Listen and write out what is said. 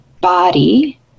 body